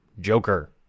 Joker